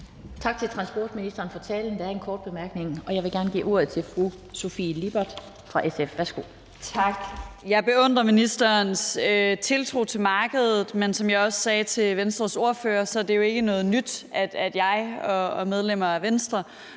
Tak til transportministeren for talen. Der er en kort bemærkning, og jeg vil gerne give ordet til fru Sofie Lippert fra SF. Værsgo. Kl. 11:37 Sofie Lippert (SF): Tak. Jeg beundrer ministerens tiltro til markedet. Men som jeg også sagde til Venstres ordfører, er det jo ikke noget nyt, at jeg og medlemmerne af Venstre